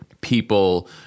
People